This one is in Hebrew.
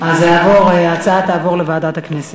אז ההצעה תעבור לוועדת הכנסת.